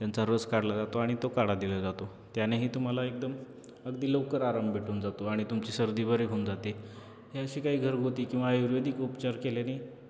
त्यांचा रस काढला जातो आणि तो काढा दिला जातो त्यानेही तुम्हाला एकदम अगदी लवकर आराम भेटून जातो आणि तुमची सर्दी बरी होऊन जाते हे असे काही घरगुती किंवा आयुर्वेदिक उपचार केल्याने